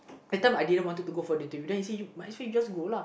that time I didn't wanted to go for duty then you see might as you just go lah